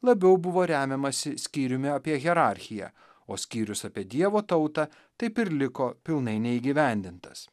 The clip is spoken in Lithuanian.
labiau buvo remiamasi skyriumi apie hierarchiją o skyrius apie dievo tautą taip ir liko pilnai neįgyvendintas